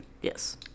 yes